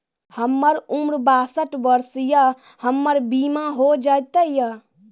हमर उम्र बासठ वर्ष या हमर बीमा हो जाता यो?